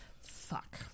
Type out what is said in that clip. Fuck